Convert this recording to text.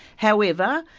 however,